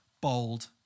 bold